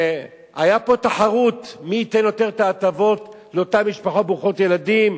היתה פה תחרות מי ייתן יותר הטבות לאותן משפחות ברוכות ילדים,